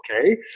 Okay